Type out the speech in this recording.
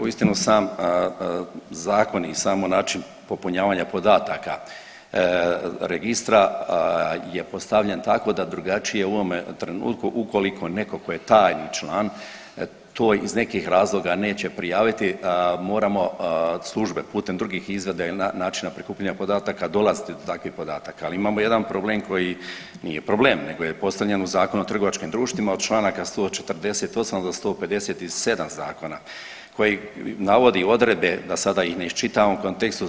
Uistinu sam zakon i samo način popunjavanja podataka registra je postavljen tako da drugačije u ovome trenutku ukoliko netko tko je tajni član to iz nekih razloga neće prijaviti moramo službe putem drugih izvida i načina prikupljanja podataka dolaziti do takvim podataka ali imamo jedan problem koji nije problem nego je postavljen u Zakonu o trgovačkim društvima od čl. 148. do 157. zakona koji navodi odredbe, da sada ih ne iščitavam, u kontekstu